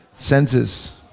senses